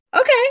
okay